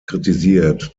kritisiert